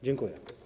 Dziękuję.